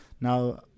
Now